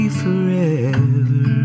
forever